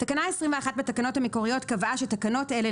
תקנה 21 בתקנות המקוריות קבעה: "תקנות אלה,